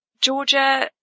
Georgia